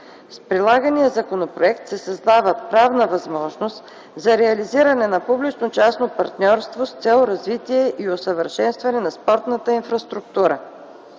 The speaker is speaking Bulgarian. С предлагания законопроект се създава правна възможност за реализиране на публично-частното партньорство с цел развитие и усъвършенстване на спортната инфраструктура.